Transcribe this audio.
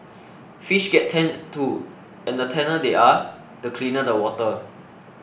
fish get tanned too and the tanner they are the cleaner the water